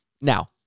now